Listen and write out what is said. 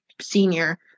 senior